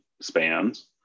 spans